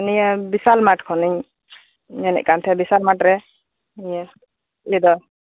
ᱱᱤᱭᱟᱹ ᱵᱤᱥᱟᱞ ᱢᱟᱨᱴᱷ ᱠᱷᱚᱱ ᱢᱮᱱᱮᱫ ᱠᱟᱱ ᱛᱟᱦᱮᱸᱫ ᱤᱧ ᱵᱤᱥᱟᱞ ᱢᱟᱨᱴᱷ ᱨᱮ ᱤᱭᱟᱹ ᱞᱮᱫᱟ